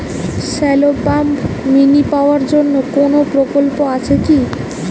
Shallow pump mini power জন্য কোনো প্রকল্প আছে কি?